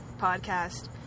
podcast